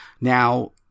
now